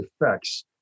effects